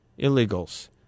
illegals